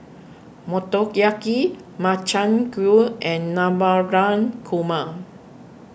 Motoyaki Makchang Gui and Koo ma